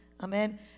amen